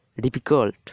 difficult